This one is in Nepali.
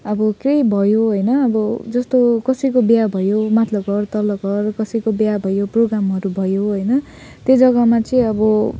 अब केही भयो होइन अब जस्तो कसैको बिहा भयो माथ्लो घर तल्लो घर कसैको बिहा भयो प्रोग्रामहरू भयो होइन त्यो जग्गामा चाहिँ अब